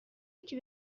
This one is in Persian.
یکی